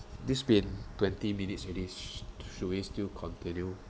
this been twenty minutes already sh~ should we still continue